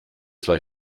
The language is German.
zwei